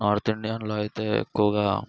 north ఇండియన్లో అయితే ఎక్కువగా